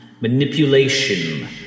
manipulation